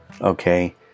okay